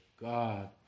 God